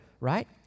right